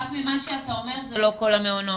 רק ממה שאתה אומר זה לא כול המעונות,